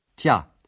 Tja